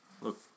Look